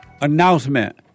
announcement